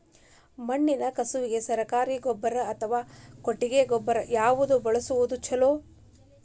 ಮಣ್ಣಿನ ಕಸುವಿಗೆ ಸರಕಾರಿ ಗೊಬ್ಬರ ಅಥವಾ ಕೊಟ್ಟಿಗೆ ಗೊಬ್ಬರ ಯಾವ್ದು ಬಳಸುವುದು ಛಲೋ?